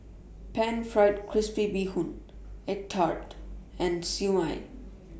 Pan Fried Crispy Bee Hoon Egg Tart and Siew Mai